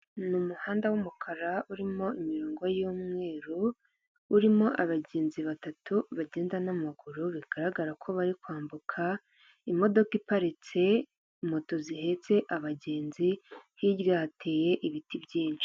Ni umuhanda w'umukara urimo imirongo y'umweru, urimo abagenzi batatu bagenda n'amaguru bigaragara ko bari kwambuka, imodoka iparitse, moto zihetse abagenzi, hirya hateye ibiti byinshi.